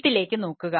ഇതിലേക്ക് നോക്കുക